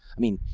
i mean,